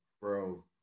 Bro